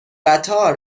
قطار